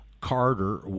carter